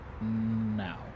now